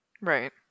Right